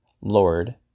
Lord